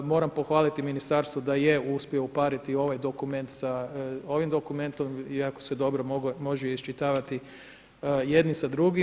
Moram pohvaliti ministarstvo da je uspio upariti ovaj dokument sa ovim dokumentom i jako se dobro može iščitavati jedni s drugim.